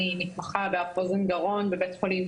אני מתמחה באף-אוזן-גרון בבית חולים